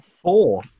Four